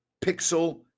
Pixel